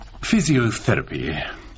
Physiotherapy